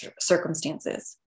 circumstances